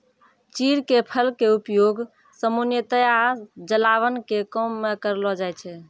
चीड़ के फल के उपयोग सामान्यतया जलावन के काम मॅ करलो जाय छै